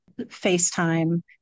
FaceTime